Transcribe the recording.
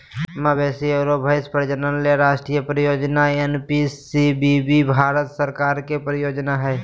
मवेशी आरो भैंस प्रजनन ले राष्ट्रीय परियोजना एनपीसीबीबी भारत सरकार के परियोजना हई